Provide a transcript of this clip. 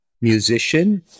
musician